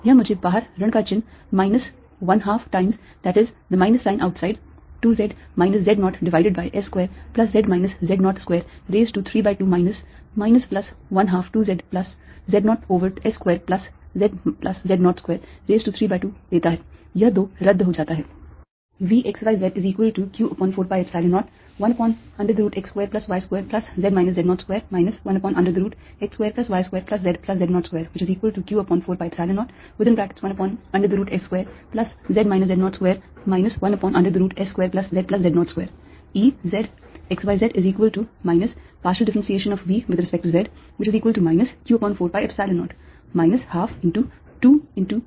यह मुझे बाहर ऋण का चिन्ह minus 1 half times that is the minus sign outside 2 z minus z 0 divided by s square plus z minus z 0 square raise to 3 by 2 minus minus plus 1 half 2 z plus z 0 over s square plus z plus z 0 square raise to 3 by 2 देता है यह 2 रद्द हो जाता है